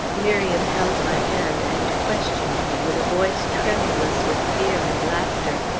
miriam held my hand, and questioned me with a voice tremulous with fear and laughter.